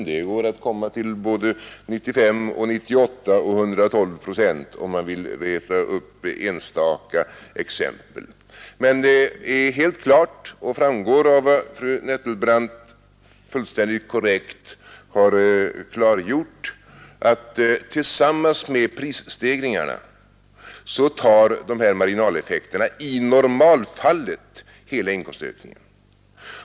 Det går att komma till 95, 98 och 112 procent, om man vill leta upp enstaka exempel. Det är helt klart och framgår av vad fru Nettelbrandt fullkomligt korrekt har redovisat att tillsammans med prisstegringarna tar de här marginaleffekterna i normalfallet hela inkomstökningen.